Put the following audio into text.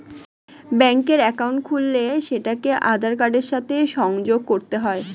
ব্যাঙ্কের অ্যাকাউন্ট খুললে সেটাকে আধার কার্ডের সাথে সংযোগ করতে হয়